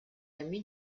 ami